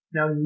Now